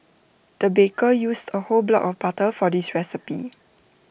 the baker used A whole block of butter for this recipe